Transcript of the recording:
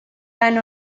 lan